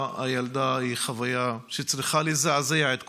הילדה היא חוויה שצריכה לזעזע את כולנו,